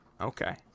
Okay